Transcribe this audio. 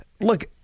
Look